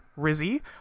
Rizzy